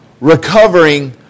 recovering